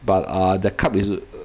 but ah the cup is a